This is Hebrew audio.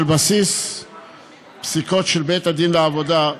על בסיס פסיקות של בית-הדין לעבודה,